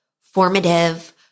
formative